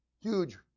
Huge